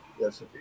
yes